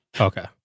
okay